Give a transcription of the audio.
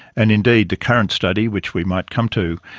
and indeed the current study, which we might come to,